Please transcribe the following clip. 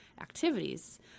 activities